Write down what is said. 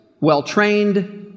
well-trained